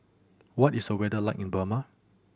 what is the weather like in Burma